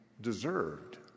deserved